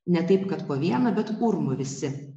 ne taip kad po vieną bet urmu visi